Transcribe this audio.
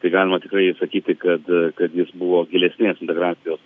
tai galima tikrai sakyti kad jis buvo gilesnės integracijos